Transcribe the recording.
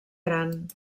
gran